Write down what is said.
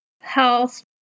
health